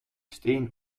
steen